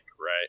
right